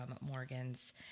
morgan's